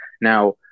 now